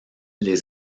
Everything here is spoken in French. les